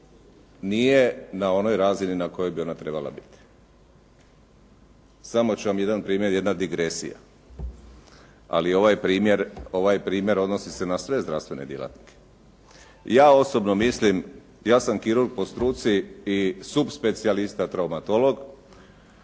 nije na onoj razini na kojoj bi trebala biti. Samo ću vam jedan primjer, jedna digresija. Ali je ovaj primjer, odnosi se na sve zdravstvene djelatnike. Ja osobno mislim, ja sam kirurg po struci i supspecijalista traumatolog.